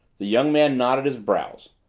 the young man knotted his brows.